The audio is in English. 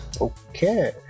Okay